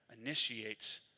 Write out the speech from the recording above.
initiates